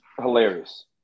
Hilarious